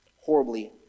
horribly